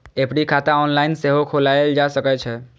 FD खाता online सेहो खोलाएल जा सकै छै